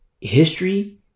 history